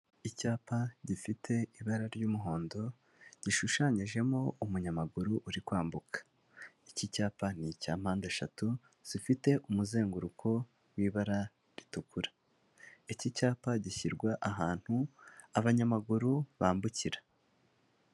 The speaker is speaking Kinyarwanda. Icyapa gifite ibara ry'umuhondo gishushanyijemo umunyamaguru uri kwambuka, iki icyapa ni icya mpande eshatu zifite umuzenguruko w'ibara ritukura, iki cyapa gishyirwa ahantu abanyamaguru bambukira.